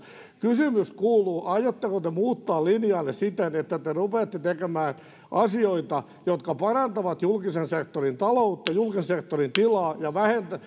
kysymys kuuluu aiotteko te muuttaa linjaanne siten että te rupeatte tekemään asioita jotka parantavat julkisen sektorin taloutta ja julkisen sektorin tilaa